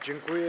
Dziękuję.